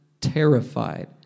terrified